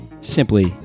simply